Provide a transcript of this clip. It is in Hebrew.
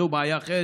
זו בעיה אחרת,